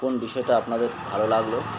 কোন বিষয়টা আপনাদের ভালো লাগলো